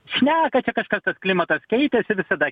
šneka čia kažkas kad klimatas keitėsi visada